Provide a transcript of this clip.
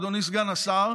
אדוני סגן השר,